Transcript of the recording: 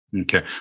Okay